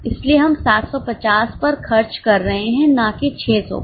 इसलिए हम 750 पर खर्च कर रहे हैं ना कि 600 पर